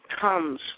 Comes